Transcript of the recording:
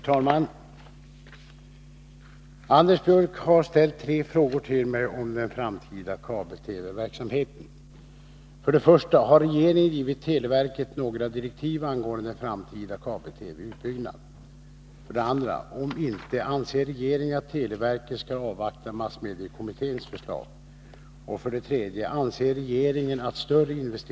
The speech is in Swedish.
Televerket har vidtagit olika åtgärder för att få monopol eller stark kontroll över den framtida kabel-TV-verksamheten. Ett led i dessa strävanden är bl.a. den försöksverksamhet som planeras i Lund m.fl. orter.